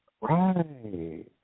Right